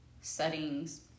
settings